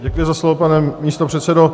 Děkuji za slovo, pane místopředsedo.